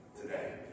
today